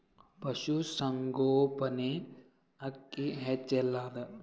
ಪಶುಸಂಗೋಪನೆ ಅಕ್ಕಿ ಹೆಚ್ಚೆಲದಾ?